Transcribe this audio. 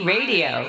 Radio